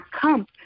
come